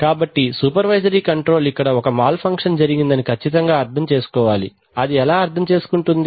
కాబట్టి supervisor controller ఇక్కడ ఒక మాల్ ఫంక్షన్ జరిగిందని ఖచ్చితంగా అర్థం చేసుకోవాలి అది ఎలా అర్థం చేసుకుంటుంది